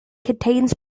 contains